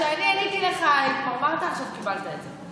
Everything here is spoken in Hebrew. כשאני עניתי, עכשיו קיבלת את זה.